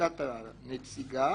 הנציגה